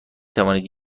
توانید